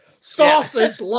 sausage